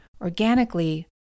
organically